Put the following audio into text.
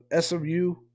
SMU